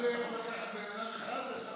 התש"ף 2020, נתקבלה.